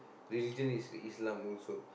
religion is Islam also